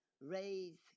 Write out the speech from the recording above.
raise